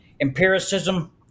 empiricism